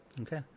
Okay